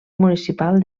municipal